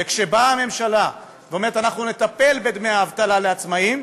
וכשהממשלה אומרת: אנחנו נטפל בדמי האבטלה לעצמאים,